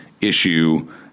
issue